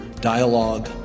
dialogue